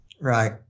Right